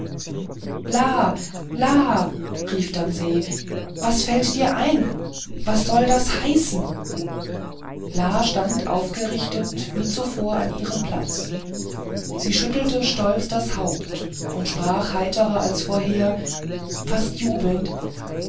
rief dann se was fällt dir ein was soll das heißen la stand aufgerichtet wie zuvor an ihrem platz sie schüttelte stolz das haupt und sprach heiterer als vorher fast jubelnd